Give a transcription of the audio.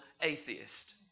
atheist